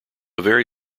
very